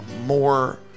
more